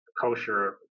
kosher